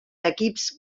equips